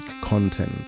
content